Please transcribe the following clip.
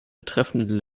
betreffenden